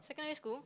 secondary school